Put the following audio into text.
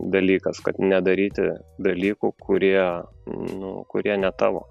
dalykas kad nedaryti dalykų kurie nu kurie ne tavo